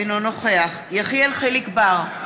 אינו נוכח יחיאל חיליק בר,